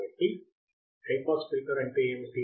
కాబట్టి high pass filter అంటే ఏమిటి